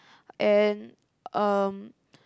and um